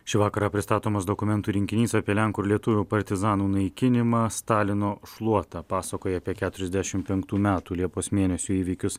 šį vakarą pristatomas dokumentų rinkinys apie lenkų ir lietuvių partizanų naikinimą stalino šluota pasakoja apie keturiasdešim penktų metų liepos mėnesio įvykius